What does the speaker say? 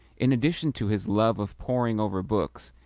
in addition to his love of poring over books,